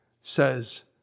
says